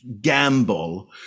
gamble